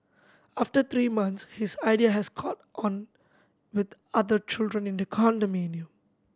after three months his idea has caught on with other children in the condominium